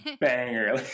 banger